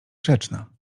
grzeczna